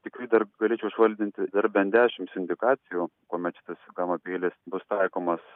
tikrai dar galėčiau išvardinti dar bent dešimt sindikacijų kuomet vis gama peilis bus taikomas